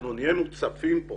אנחנו נהיה מוצפים כאן.